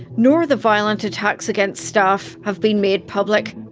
nor the violent attacks against staff have been made public.